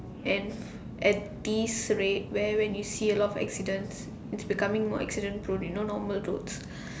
and at this rate where when you see a lot of accident it's becoming more accident prone you know normal roads